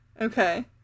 okay